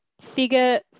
figure